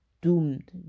doomed